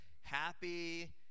happy